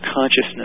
consciousness